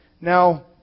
now